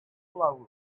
slowly